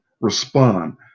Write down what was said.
respond